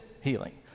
healing